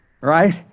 right